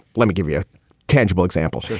let me give you a tangible example.